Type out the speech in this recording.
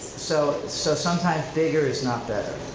so so sometimes bigger is not better.